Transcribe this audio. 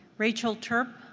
rachel terp?